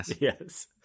Yes